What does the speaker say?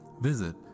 visit